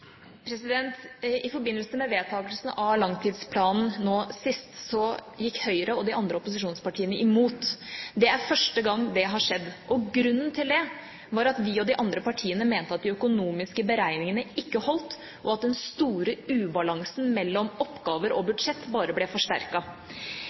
I forbindelse med vedtakelsen av langtidsplanen nå sist gikk Høyre og de andre opposisjonspartiene imot. Det er første gang det har skjedd. Og grunnen til det var at vi og de andre partiene mente at de økonomiske beregningene ikke holdt, og at den store ubalansen mellom oppgaver og